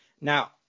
Now